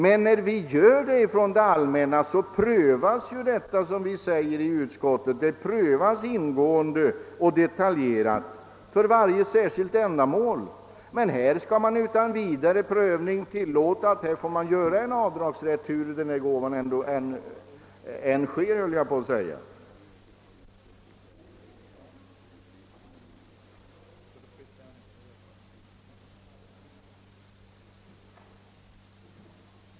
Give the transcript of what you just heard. Men när det allmänna gör detta prövas, som vi säger i utskottets betänkande, utbetalningarna ingående och i detalj för varje särskilt ändamål. Här föreslås däremot att man utan någon vidare prövning skulle tilllåta avdragsrätt oavsett omständigheterna i samband med gåvan. Därigenom skulle prövningsförfarandet upphöra.